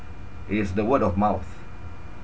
is the word of mouth